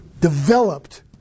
developed